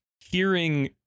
hearing